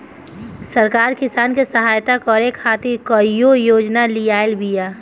सरकार किसान के सहयता करे खातिर कईगो योजना लियाइल बिया